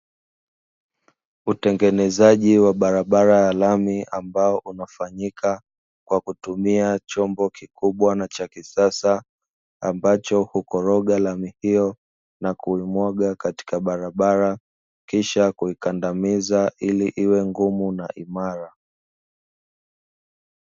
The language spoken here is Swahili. Utengenezaji wa barabara ya lami, ambao unafanyika kwa kutumia chombo kikubwa na cha kisasa, ambacho hukoroga lami hiyo na kuimwaga katika barabara kisha kuikandamiza, ili iwe ngumu na imara.